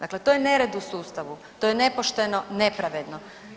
Dakle, to je nered u sustavu, to je nepošteno, nepravedno.